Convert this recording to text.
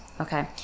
Okay